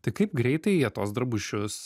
tai kaip greitai jie tuos drabužius